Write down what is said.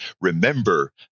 Remember